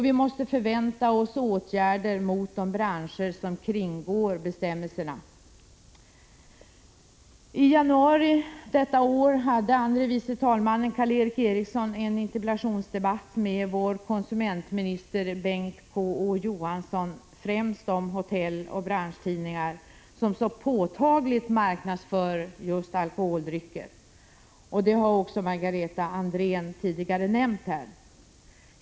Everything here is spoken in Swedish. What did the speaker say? Vi förväntar oss åtgärder mot de branscher som kringgår bestämmelserna. främst om hotelloch branschtidningar som så påtagligt marknadsför just alkoholdrycker. Detta har Margareta Andrén tidigare nämnt.